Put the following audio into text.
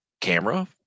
camera